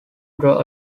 draw